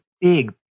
big